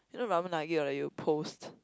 you know Ramen Nagi after that you post